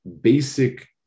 Basic